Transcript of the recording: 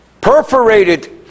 perforated